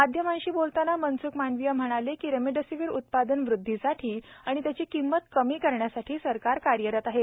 माध्यमांशी बोलताना मनसूख मांडवीया म्हणाले की रेमडिसीवीर उत्पादन वृदधीसाठी आणि त्यांची किंमत कमी करण्यसाठी सरकार कार्यरत आहे